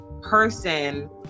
Person